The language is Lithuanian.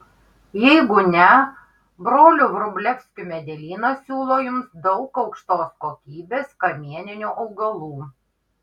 jeigu ne brolių vrublevskių medelynas siūlo jums daug aukštos kokybės kamieninių augalų